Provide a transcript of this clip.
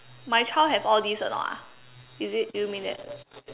my child have all this or not ah is it do you mean that